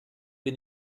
bin